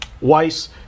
Weiss